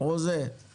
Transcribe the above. רציתי